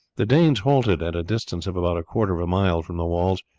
the danes halted at a distance of about a quarter of a mile from the walls,